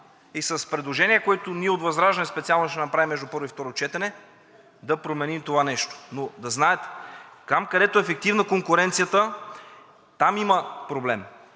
и с предложения, които ние от ВЪЗРАЖДАНЕ специално ще направим между първо и второ четене, да променим това нещо. Но да знаете: там, където е ефективна конкуренцията, там има проблем.